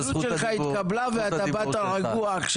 ההתנצלות שלך התקבלה ובאת עכשיו רגוע.